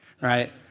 right